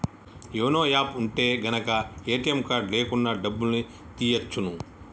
YONO app ఉంటె గనక ATM card లేకున్నా డబ్బుల్ని తియ్యచ్చును